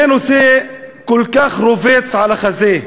זה נושא שכל כך רובץ על החזה,